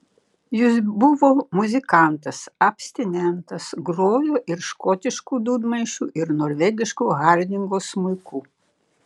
jis buvo muzikantas abstinentas grojo ir škotišku dūdmaišiu ir norvegišku hardingo smuiku